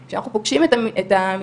שאנחנו פוגשים את המתלוננת,